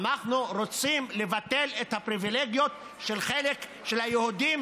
אנחנו רוצים לבטל את הפריבילגיות של החלק של היהודים